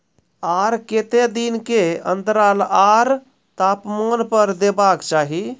आर केते दिन के अन्तराल आर तापमान पर देबाक चाही?